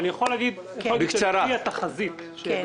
אני יכול להגיד שלפי התחזית האחרונה